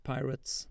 Pirates